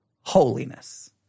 holiness